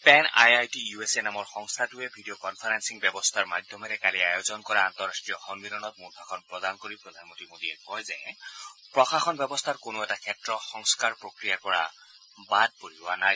PAN I I T U S A নামৰ সংস্থাটোৱে video conferencing ব্যৱস্থাৰ মাধ্যমেৰে কালি আয়োজন কৰা আন্তঃৰাষ্ট্ৰীয় সন্মিলনত মূল ভাষণ প্ৰদান কৰি প্ৰধানমন্ত্ৰী মোদীয়ে কয় যে প্ৰশাসন ব্যৱস্থাৰ কোনো এটা ক্ষেত্ৰ সংস্কাৰ প্ৰক্ৰিয়াৰ বাদ পৰি ৰোৱা নাই